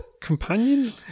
Companion